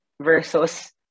versus